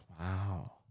Wow